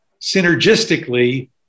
synergistically